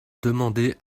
demandé